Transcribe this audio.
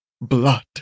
blood